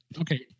Okay